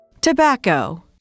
tobacco